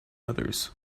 others